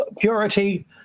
purity